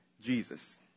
Jesus